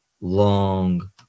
long